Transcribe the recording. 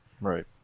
Right